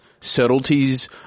subtleties